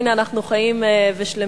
הנה, אנחנו חיים ושלמים.